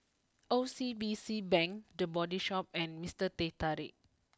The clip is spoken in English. O C B C Bank the Body Shop and Minster Teh Tarik